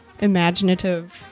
imaginative